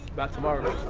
about tomorrow?